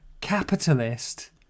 capitalist